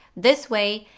this way,